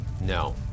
No